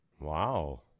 Wow